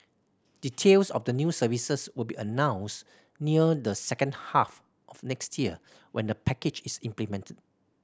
details of the new services will be announced near the second half of next year when the package is implemented